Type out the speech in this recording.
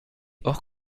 hors